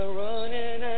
running